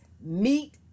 Meet